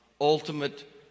ultimate